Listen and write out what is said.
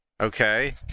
Okay